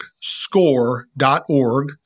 score.org